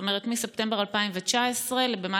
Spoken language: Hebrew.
זאת אומרת מספטמבר 2019,